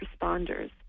responders